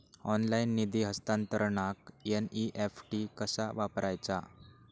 Online निधी हस्तांतरणाक NEFT कसा वापरायचा?